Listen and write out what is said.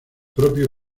propio